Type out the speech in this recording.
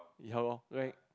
ya lor like